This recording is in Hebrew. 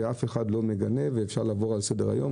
ואף אחד לא מגנה ואפשר לעבור לסדר היום,